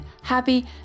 happy